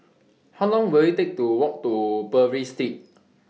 How Long Will IT Take to Walk to Purvis Street